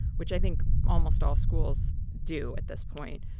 which i think almost all schools do at this point,